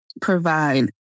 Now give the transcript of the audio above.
provide